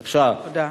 תודה.